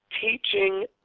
Teaching